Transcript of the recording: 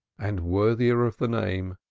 and worthier of the name,